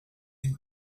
and